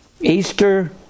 easter